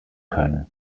können